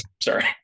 sorry